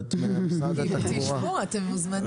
באת מרחוק,